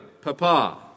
Papa